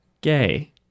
gay